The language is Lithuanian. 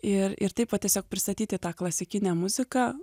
ir ir taip va tiesiog pristatyti tą klasikinę muziką